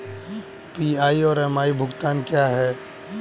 PI और MI भुगतान क्या हैं?